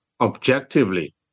objectively